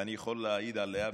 ואני יכול להעיד עליה,